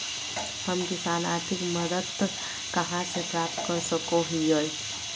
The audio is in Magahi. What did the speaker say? हम किसान आर्थिक मदत कहा से प्राप्त कर सको हियय?